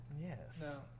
Yes